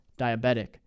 Diabetic